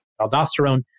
aldosterone